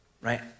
Right